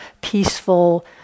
peaceful